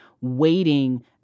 waiting